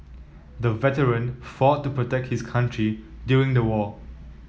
the veteran fought to protect his country during the war